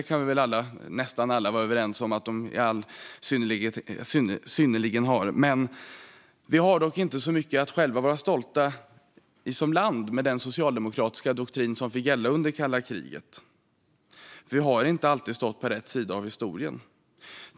Alla - eller nästan alla - kan väl vara överens om att det finns sådana skäl. Vi själva har dock inte så mycket att vara stolta över som land med tanke på den socialdemokratiska doktrin som fick gälla under kalla kriget. Vi har inte alltid stått på rätt sida av historien.